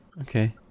okay